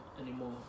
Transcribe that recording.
anymore